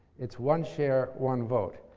it's one share, one vote.